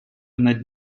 над